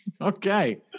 Okay